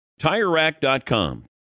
TireRack.com